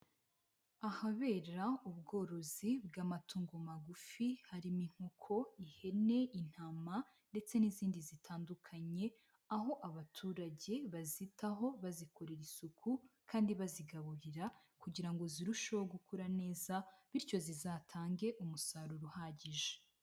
Ahabera ubworozi bw'amatongo magufi harimo inkoko, ihene, intama ndetse n'izindi zitandukanye, aho abaturage bazitaho bazikorera isuku kandi bazigaburira kugira ngo zirusheho gukura neza bityo zizatange umusaruro uhagije.